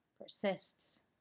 persists